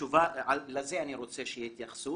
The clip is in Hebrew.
בתשובה לזה אני רוצה שתהיה התייחסות.